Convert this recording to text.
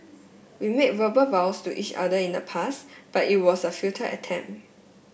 we made verbal vows to each other in the past but it was a futile attempt